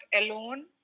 alone